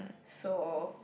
so